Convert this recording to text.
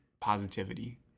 positivity